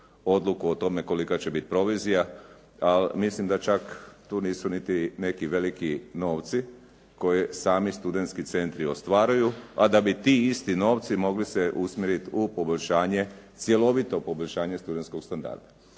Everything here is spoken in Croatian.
odluku o tome kolika će biti provizija, ali mislim da čak tu nisu niti neki veliki novci koje sami studentski centri ostvaruju, a da bi ti isti novci mogli se usmjeriti u poboljšanje, cjelovito poboljšanje studentskog standarda.